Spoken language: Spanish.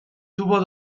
tuvo